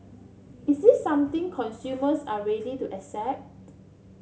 is this something consumers are ready to accept